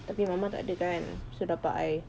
tetapi mama tak ada kan so dapat I